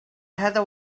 heather